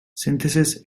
synthesis